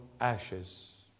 ashes